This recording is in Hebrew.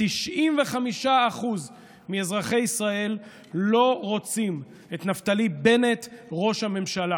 95% מאזרחי ישראל לא רוצים את נפתלי בנט ראש הממשלה.